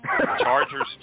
Chargers